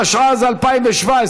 התשע"ז 2017,